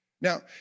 Now